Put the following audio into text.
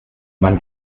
man